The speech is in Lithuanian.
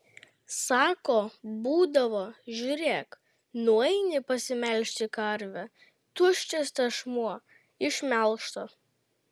sako būdavo žiūrėk nueini pasimelžti karvę tuščias tešmuo išmelžta